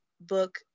book